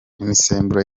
imisemburo